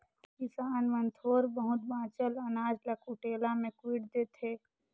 किसान मन थोर बहुत बाचल अनाज ल कुटेला मे कुइट देथे